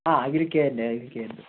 ആ അഖിൽ കെ തന്നെ അഖിൽ കെ തന്നെ